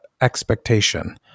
expectation